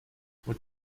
what